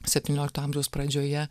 septyniolikto amžiaus pradžioje